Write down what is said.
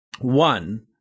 One